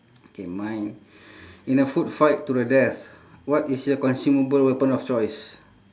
okay mine in a food fight to the death what is your consumable weapon of choice